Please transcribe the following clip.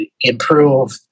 improve